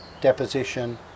deposition